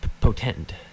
potent